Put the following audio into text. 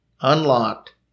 unlocked